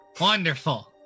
Wonderful